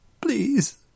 Please